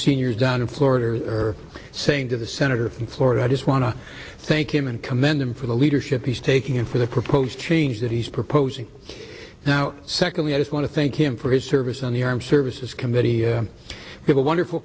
seniors down in florida are saying to the senator from florida i just want to thank him and commend him for the leadership he's taking in for the proposed change that he's proposing now secondly i just want to thank him for his service on the armed services committee to the wonderful